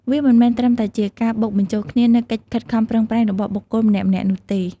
វាមិនមែនត្រឹមតែជាការបូកបញ្ចូលគ្នានូវកិច្ចខិតខំប្រឹងប្រែងរបស់បុគ្គលម្នាក់ៗនោះទេ។